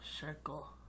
circle